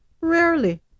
Rarely